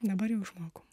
dabar jau išmokau